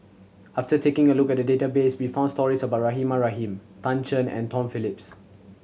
after taking a look at the database we found stories about Rahimah Rahim Tan Shen and Tom Phillips